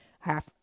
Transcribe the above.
half